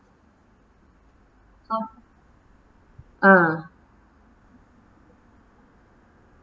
ah